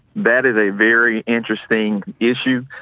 that is a very interesting issue.